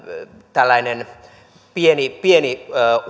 pieni pieni